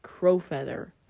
Crowfeather